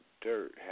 dirt